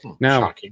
Now